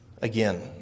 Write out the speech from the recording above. again